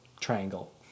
triangle